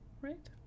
right